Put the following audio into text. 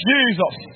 Jesus